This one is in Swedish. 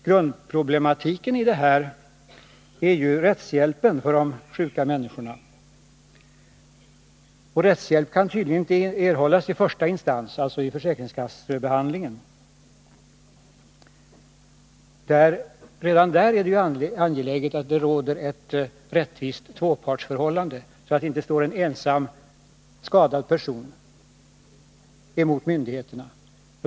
Grundproblematiken är ju rättshjälpen för de sjuka människorna, och rättshjälp kan tydligen inte erhållas i första instans, alltså vid försäkringskassebehandlingen. Det är ju angeläget att det redan där råder ett rättvist tvåpartsförhållande, så att det inte står en ensam skadad person emot myndigheterna.